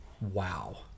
Wow